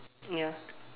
ya